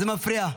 זה מפריע.